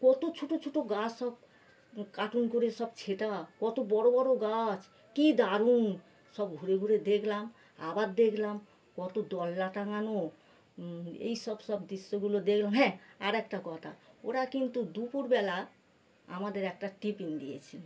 কত ছোটো ছোটো গাছ সব করে সব ছাঁটা কত বড় বড় গাছ কী দারুণ সব ঘুরে ঘুরে দেখলাম আবার দেখলাম কত দোলনা টাঙানো এই সব সব দৃশ্যগুলো দেখলাম হ্যাঁ আর একটা কথা ওরা কিন্তু দুপুরবেলা আমাদের একটা টিফিন দিয়েছিল